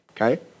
okay